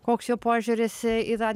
koks jo požiūris į tą